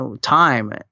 time